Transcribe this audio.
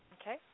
Okay